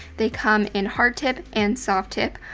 they come in hard tip and soft tip.